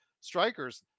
strikers